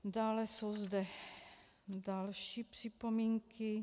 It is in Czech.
Dále jsou zde další připomínky.